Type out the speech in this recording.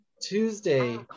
Tuesday